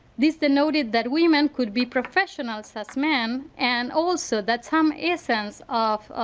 this denoted that women could be professionals as men and also that come essence of